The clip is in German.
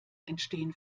entstehen